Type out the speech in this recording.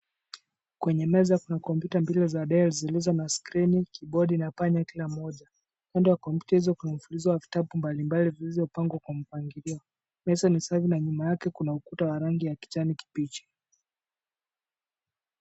Kwenye meza kuna kompyuta mbili za Dell zilizo na skrini, kibodi na panya kila moja. Kando ya kompyuta hizo kuna mfulizo wa vitabu mbalimbali zilizopangwa kwa mpangilio. Meza ni safi na nyuma yake kuna ukuta wa rangi ya kijani kibichi.